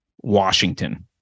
Washington